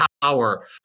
power